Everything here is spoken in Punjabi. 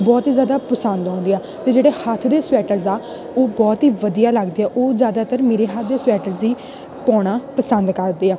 ਬਹੁਤ ਹੀ ਜ਼ਿਆਦਾ ਪਸੰਦ ਆਉਂਦੀ ਆ ਅਤੇ ਜਿਹੜੇ ਹੱਥ ਦੇ ਸਵੈਟਰਸ ਆ ਉਹ ਬਹੁਤ ਹੀ ਵਧੀਆ ਲੱਗਦੇ ਆ ਉਹ ਜ਼ਿਆਦਾਤਰ ਮੇਰੇ ਹੱਥ ਦੇ ਸਵੈਟਰਸ ਹੀ ਪਾਉਣਾ ਪਸੰਦ ਕਰਦੇ ਆ